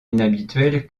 inhabituel